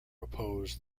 opposed